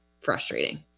frustrating